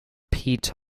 type